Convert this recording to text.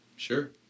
Sure